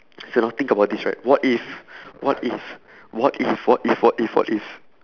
so now think about this right what if what if what if what if what if what if